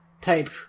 Type